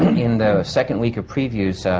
in the second week of previews,